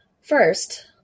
First